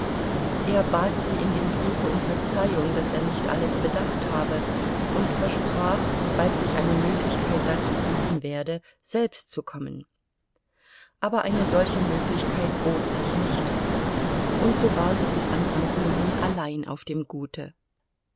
er bat sie in dem briefe um verzeihung daß er nicht alles bedacht habe und versprach sobald sich eine möglichkeit dazu bieten werde selbst zu kommen aber eine solche möglichkeit bot sich nicht und so war sie bis anfang juni allein auf dem gute